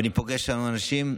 ואני פוגש שם אנשים,